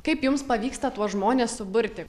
kaip jums pavyksta tuos žmones suburti